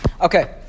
Okay